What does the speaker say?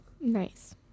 Nice